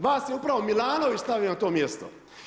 Vas je upravo Milanović stavio na ovo mjesto.